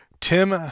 Tim